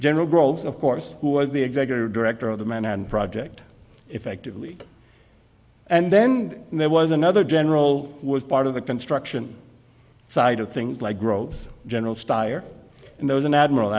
groves of course who was the executive director of the manhattan project effectively and then there was another general was part of the construction side of things like gross general stier and those an admiral